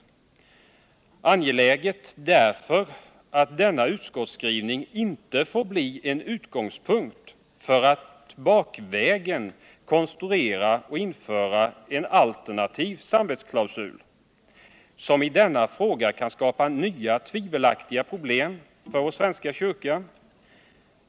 Det är angeläget därför att denna utskottsskrivning inte får bli en utgångspunkt för att bakvägen konstruera och införa en alternativ samvetsklausul. som i denna fråga kan skapa nya. tvivelaktiga problem för vår svenska kyrka.